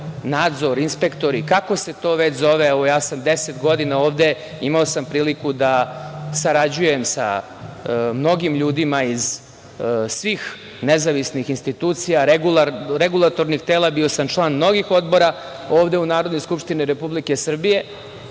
nadzor, inspektori, kako se to već zove? Evo, ja sam 10 godina ovde, imao sam priliku da sarađujem sa mnogim ljudima iz svih nezavisnih institucija, regulatornih tela, bio sam član mnogih odbora ovde u Narodnoj skupštini Republike Srbije,